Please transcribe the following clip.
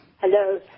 Hello